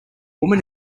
woman